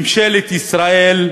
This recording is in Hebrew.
ממשלת ישראל,